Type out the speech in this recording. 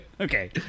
Okay